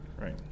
right